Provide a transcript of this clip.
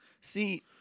See